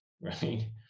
right